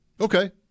okay